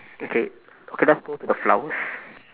okay okay let's go to the flowers